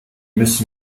müssen